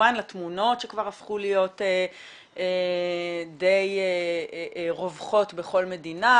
כמובן לתמונות שכבר הפכו להיות די רווחות בכל מדינה,